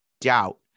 doubt